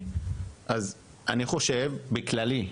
אז אני חושב שבאופן כללי,